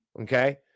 okay